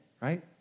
right